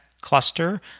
cluster